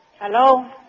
Hello